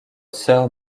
sœur